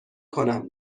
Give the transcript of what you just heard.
کنم